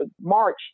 March